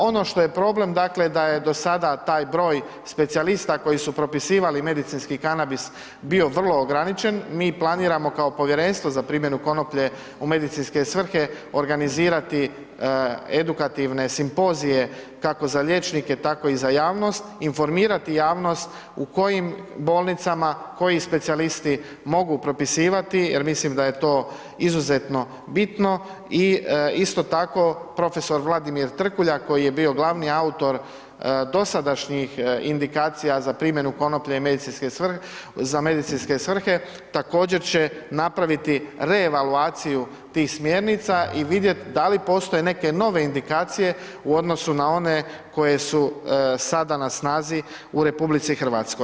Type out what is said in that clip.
Ono što je problem, dakle, da je do sada taj broj specijalista koji su propisivali medicinski kanabis bio vrlo ograničen, mi planiramo kao povjerenstvo za primjenu konoplje u medicinske svrhe organizirati edukativne simpozije, kako za liječnike, tako i za javnost, informirati javnost u kojim bolnicama, koji specijalisti mogu propisivati jer mislim da je to izuzetno bitno i isto tako prof. Vladimir Trkulja koji je bio glavni autor dosadašnjih indikacija za primjenu konoplje za medicinske svrhe također će napraviti revalvaciju tih smjernica i vidjet da li postoje neke nove indikacije u odnosu na one koje su sada na snazi u RH.